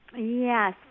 Yes